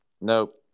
Nope